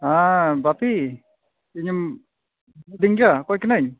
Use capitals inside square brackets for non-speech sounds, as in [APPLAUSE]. ᱦᱮᱸ ᱵᱟᱯᱤ ᱤᱧᱮᱢ [UNINTELLIGIBLE] ᱜᱮᱭᱟ ᱚᱠᱚᱭ ᱠᱟᱱᱟᱹᱧ